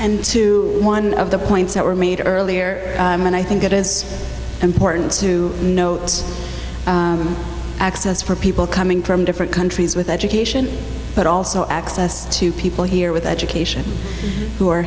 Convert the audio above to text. and to one of the points that were made earlier and i think it is important to note access for people coming from different countries with education but also access to people here with education who are